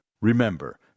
Remember